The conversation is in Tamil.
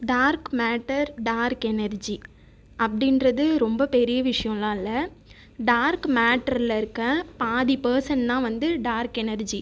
டார்க் மேட்டர் டார்க் எனர்ஜி அப்படின்கிறது ரொம்ப பெரிய விஷயம்ல்லாம் இல்லை டார்க் மேட்டரில் இருக்கற பாதி பர்சன் தான் வந்து டார்க் எனர்ஜி